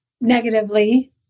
negatively